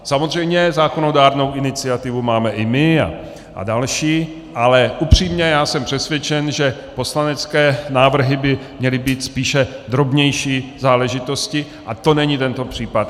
Samozřejmě zákonodárnou iniciativu máme i my a další, ale upřímně já jsem přesvědčen, že poslanecké návrhy by měly být spíše drobnější záležitostí, a to není tento případ.